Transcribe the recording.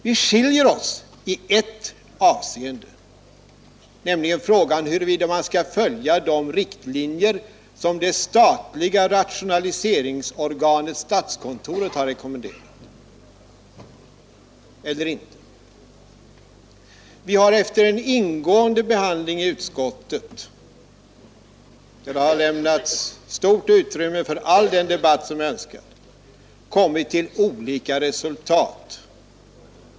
Vi skiljer oss i ett avseende, nämligen beträffande frågan huruvida man skall följa de riktlinjer som det statliga rationaliseringsorganet statskontoret har rekommenderat eller inte. Vi har efter en ingående behandling i utskottet, där det har lämnats stort utrymme för all den debatt som önskats, kommit till olika resultat.